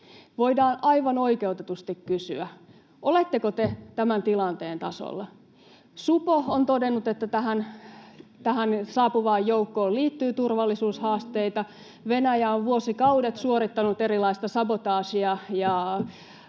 voidaan aivan oikeutetusti kysyä: oletteko te tämän tilanteen tasalla? Supo on todennut, että tähän saapuvaan joukkoon liittyy turvallisuushaasteita, Venäjä on vuosikaudet suorittanut erilaista sabotaasia